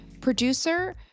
Producer